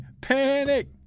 panic